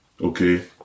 okay